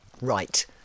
right